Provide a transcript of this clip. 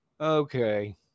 okay